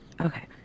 Okay